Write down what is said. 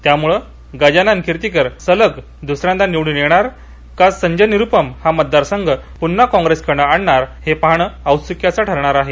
त्यामुळे किर्तीकर सलग दुसऱ्यांदा निवडून येणार का संजय निरुपम हा मतदार संघ पुन्हा कॉंग्रेसकडे आणणार हे पाहणे औत्सुक्याचे ठरणार आहे